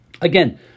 again